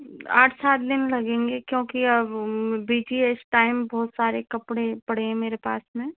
आठ सात दिन लगेंगे क्योंकि अब बीजी है इस टाइम बहुत सारे कपड़े पड़े हैं मेरे पास में